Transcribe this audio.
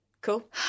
cool